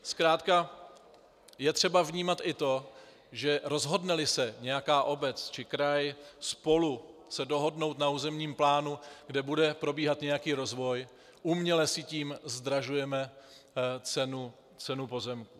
Zkrátka je třeba vnímat i to, že rozhodneli se nějaká obec či kraj spolu se dohodnout na územním plánu, kde bude probíhat nějaký rozvoj, uměle si tím zdražujeme cenu pozemků.